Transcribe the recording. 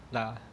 lah